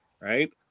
right